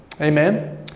Amen